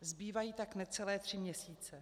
Zbývají tak necelé tři měsíce.